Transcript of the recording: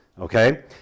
okay